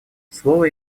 слово